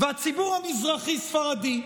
והציבור המזרחי-ספרדי.